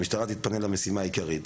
המשטרה תתפנה למשימה העיקרית.